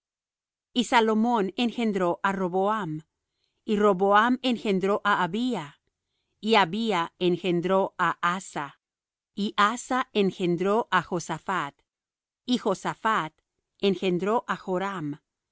y salomón engendró á roboam y roboam engendró á abía y abía engendró á asa y asa engendró á josaphat y josaphat engendró á joram